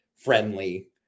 friendly